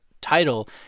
title